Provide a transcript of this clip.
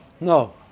no